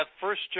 first